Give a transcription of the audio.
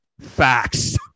Facts